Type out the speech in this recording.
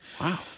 Wow